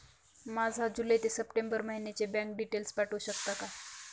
माझे जुलै ते सप्टेंबर महिन्याचे बँक डिटेल्स पाठवू शकता का?